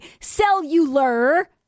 Cellular